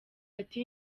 ati